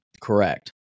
correct